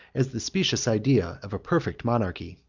as the specious idea of a perfect monarchy.